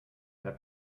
herr